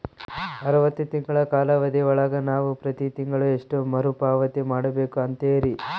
ಅರವತ್ತು ತಿಂಗಳ ಕಾಲಾವಧಿ ಒಳಗ ನಾವು ಪ್ರತಿ ತಿಂಗಳು ಎಷ್ಟು ಮರುಪಾವತಿ ಮಾಡಬೇಕು ಅಂತೇರಿ?